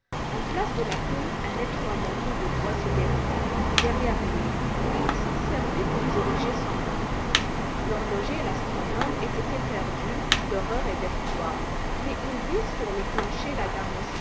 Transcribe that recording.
en place de la queue un étroit manteau de bois se déroula derrière lui et il s'en servait pour diriger son menton l'horloger et l'astronome étaient éperdus d'horreur et d'effroi mais ils virent sur le plancher la dame